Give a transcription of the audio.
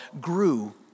grew